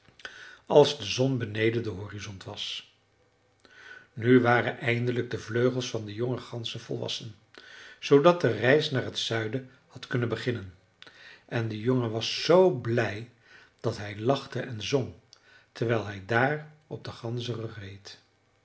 als de zon beneden den horizont was nu waren eindelijk de vleugels van de jonge ganzen volwassen zoodat de reis naar het zuiden had kunnen beginnen en de jongen was zoo blij dat hij lachte en zong terwijl hij daar op den ganzenrug reed